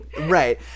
Right